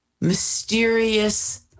mysterious